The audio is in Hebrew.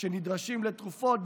שנדרשים לתרופות,